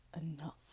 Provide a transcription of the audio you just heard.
enough